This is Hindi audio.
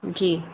जी